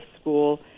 school